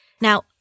Now